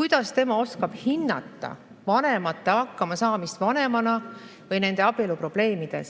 Kuidas tema oskab hinnata vanemate hakkamasaamist vanemana või nende abieluprobleeme?